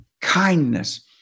Kindness